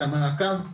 את המעקב,